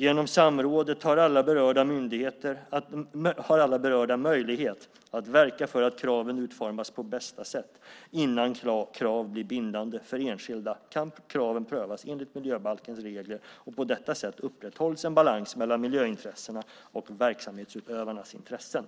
Genom samrådet har alla berörda möjlighet att verka för att kraven utformas på bästa sätt. Innan krav blir bindande för enskilda kan kraven prövas enligt miljöbalkens regler, och på detta sätt upprätthålls en balans mellan miljöintressena och verksamhetsutövarnas intressen.